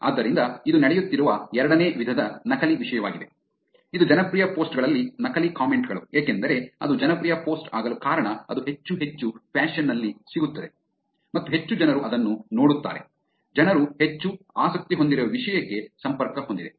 ಆದ್ದರಿಂದ ಇದು ನಡೆಯುತ್ತಿರುವ ಎರಡನೇ ವಿಧದ ನಕಲಿ ವಿಷಯವಾಗಿದೆ ಇದು ಜನಪ್ರಿಯ ಪೋಸ್ಟ್ ಗಳಲ್ಲಿ ನಕಲಿ ಕಾಮೆಂಟ್ ಗಳು ಏಕೆಂದರೆ ಅದು ಜನಪ್ರಿಯ ಪೋಸ್ಟ್ ಆಗಲು ಕಾರಣ ಅದು ಹೆಚ್ಚು ಹೆಚ್ಚು ಫ್ಯಾಶನ್ ನಲ್ಲಿ ಸಿಗುತ್ತದೆ ಮತ್ತು ಹೆಚ್ಚು ಜನರು ಅದನ್ನು ನೋಡುತ್ತಾರೆ ಜನರು ಹೆಚ್ಚು ಆಸಕ್ತಿ ಹೊಂದಿರುವ ವಿಷಯಕ್ಕೆ ಸಂಪರ್ಕ ಹೊಂದಿದೆ